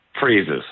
freezes